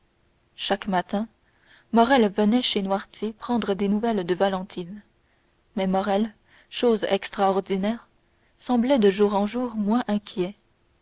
chaque matin morrel venait chez noirtier prendre des nouvelles de valentine mais morrel chose extraordinaire semblait de jour en jour moins inquiet